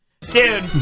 Dude